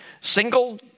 single